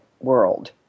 world